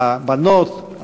הבנות,